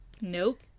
Nope